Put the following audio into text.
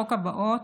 הבאות: